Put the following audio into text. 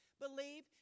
believe